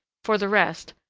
for the rest,